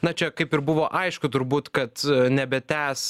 na čia kaip ir buvo aišku turbūt kad nebetęs